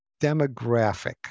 demographic